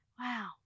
Wow